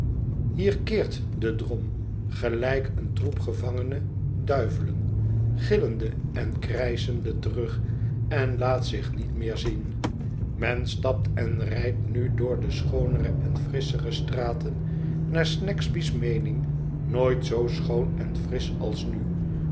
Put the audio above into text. hier keert de drom gelijk een troep gevangene duivelen gillende en krijschende terug en laat zich niet meer zien men stapt en rijdt nu door de schoonere en frisschere straten naar snagsby's meening nooit zoo schoon en frisch als nu